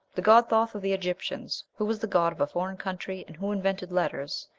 the god thoth of the egyptians, who was the god of a foreign country, and who invented letters,